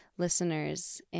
listeners